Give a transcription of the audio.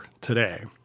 today